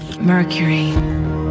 Mercury